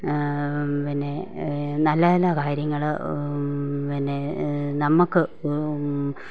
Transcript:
പിന്നെ നല്ല നല്ല കാര്യങ്ങൾ പിന്നെ നമുക്ക്